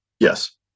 Yes